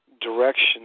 direction